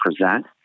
present